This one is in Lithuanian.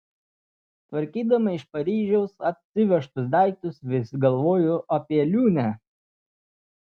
tvarkydama iš paryžiaus atsivežtus daiktus vis galvojo apie liūnę